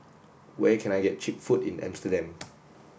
where can I get cheap food in Amsterdam